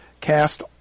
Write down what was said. cast